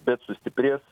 bet sustiprės